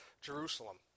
Jerusalem